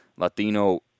Latino